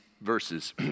verses